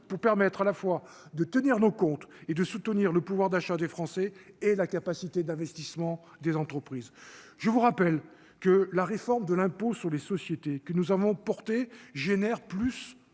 pour permettre à la fois de tenir nos comptes et de soutenir le pouvoir d'achat des Français et la capacité d'investissement des entreprises, je vous rappelle que la réforme de l'impôt sur les sociétés que nous avons porté génère plus